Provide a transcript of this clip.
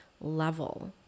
level